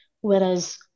whereas